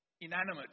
inanimate